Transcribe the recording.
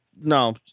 no